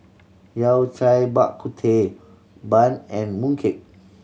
Yao Cai Bak Kut Teh bun and mooncake